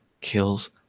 kills